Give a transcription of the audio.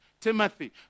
timothy